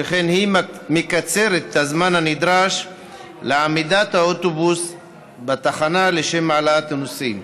שכן היא מקצרת את הזמן הנדרש לעמידת האוטובוס בתחנה לשם העלאת הנוסעים.